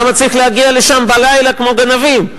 למה צריך להגיע לשם בלילה, כמו גנבים?